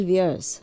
years